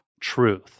truth